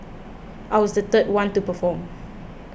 I was the third one to perform